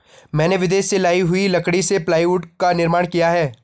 मैंने विदेश से लाई हुई लकड़ी से प्लाईवुड का निर्माण किया है